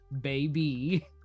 baby